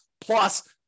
plus